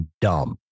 dumb